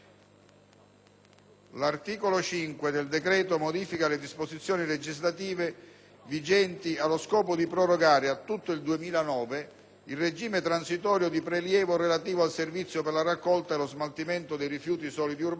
L'articolo 5 del decreto modifica le disposizioni legislative vigenti allo scopo di prorogare a tutto il 2009 il regime transitorio di prelievo relativo al servizio per la raccolta e lo smaltimento dei rifiuti solidi urbani